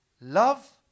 Love